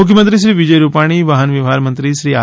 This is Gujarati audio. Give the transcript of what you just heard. મુખ્યમંત્રી શ્રી વિજય રૂપાણી વાહન વ્યવહાર મંત્રી શ્રી આર